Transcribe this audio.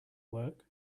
work